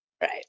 Right